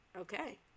Okay